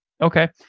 Okay